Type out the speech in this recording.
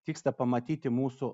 vyksta pamatyti mūsų